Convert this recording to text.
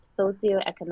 socioeconomic